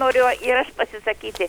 noriu ir aš pasisakyti